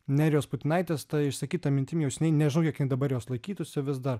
nerijos putinaitės ta išsakyta mintim jau seniai nežinau kiek jin dabar jos laikytųsi vis dar